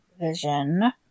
vision